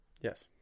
Yes